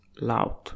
loud